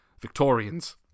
Victorians